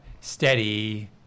steady